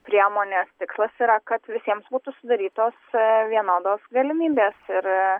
priemonės tikslas yra kad visiems būtų sudarytos vienodos galimybės ir